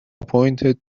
appointed